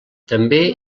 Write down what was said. també